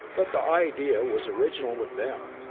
but the idea was original with them.